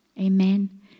Amen